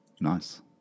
Nice